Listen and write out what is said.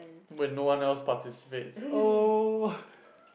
when no one else participates oh